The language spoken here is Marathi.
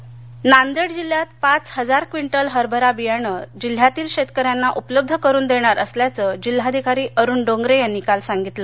हरबरा पीक नांदेड जिल्ह्यात पाच हजार क्विंटल हरभरा बियाणं जिल्ह्यातील शेतकऱ्यांना उपलब्ध करून देणार असल्याचं जिल्हाधिकारी अरुण डोंगरे यांनी काल सांगितले